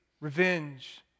revenge